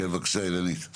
כן, בבקשה אילנית.